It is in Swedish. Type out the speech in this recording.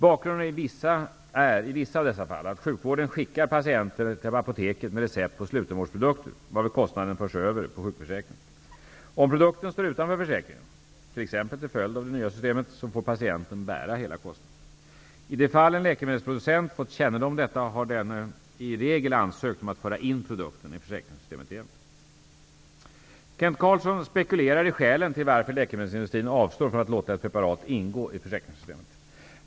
Bakgrunden är i vissa av dessa fall att sjukvården skickar patienter till apoteket med recept på slutenvårdsprodukter, varvid kostnaden förs över på sjukförsäkringen. Om produkten står utanför försäkringen -- t.ex. till följd av det nya systemet -- får patienten bära hela kostnaden. I de fall en läkemedelsproducent fått kännedom om detta har denne i regel ansökt om att föra in produkten i försäkringssystemet igen. Kent Carlsson spekulerar i skälen till varför läkemedelsindustrin avstår från att låta ett preparat ingå i försäkringssystemet.